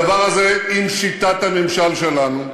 הדבר הזה, עם שיטת הממשל שלנו,